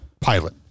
pilot